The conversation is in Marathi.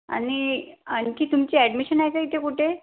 आणि आणखी तुमची ॲडमिशन आहे का इथे कुठे